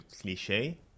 cliche